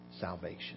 Salvation